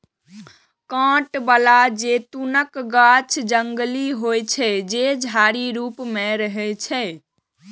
कांट बला जैतूनक गाछ जंगली होइ छै, जे झाड़ी रूप मे रहै छै